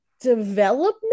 development